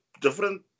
different